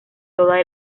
toda